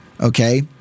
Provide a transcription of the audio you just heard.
okay